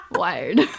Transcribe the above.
wired